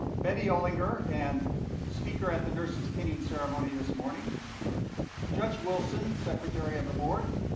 betty olinger and speaker at the nurses pinning ceremony this morning judge wilson secretary of the board,